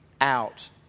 out